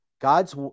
God's